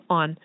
on